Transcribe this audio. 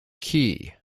key